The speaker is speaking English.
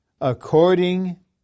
according